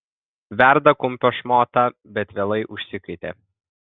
verda kumpio šmotą bet vėlai užsikaitė